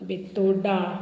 बितोर्डा